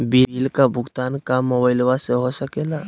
Bill का भुगतान का मोबाइलवा से हो सके ला?